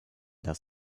das